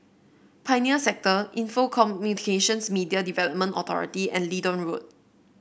Pioneer Sector Info Communications Media Development Authority and Leedon Road